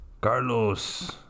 Carlos